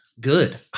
good